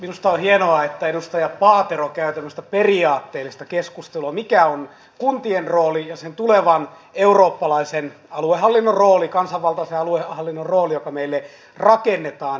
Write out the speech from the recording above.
minusta on hienoa että edustaja paatero käy tämmöistä periaatteellista keskustelua mikä on kuntien rooli ja sen tulevan eurooppalaisen aluehallinnon rooli kansanvaltaisen aluehallinnon rooli joka meille rakennetaan